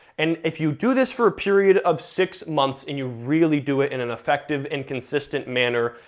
and if you do this for a period of six months, and you really do it in an effective and consistent manner,